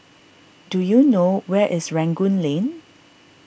do you know where is Rangoon Lane